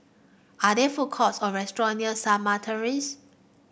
are there food courts or restaurant near Shamah Terrace